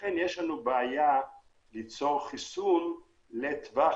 לכן יש לנו בעיה ליצור חיסון לטווח